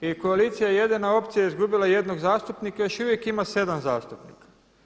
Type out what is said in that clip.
I koalicija „Jedina opcija“ je izgubila jednog zastupnika, još uvijek ima 7 zastupnika.